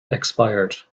expired